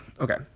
Okay